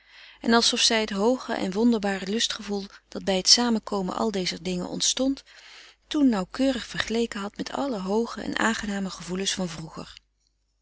en alsof zij het hooge en wonderbare lustgevoel dat bij t samenkomen al dezer dingen ontstond toen nauwkeurig vergeleken had met alle hooge en aangename gevoelens van vroeger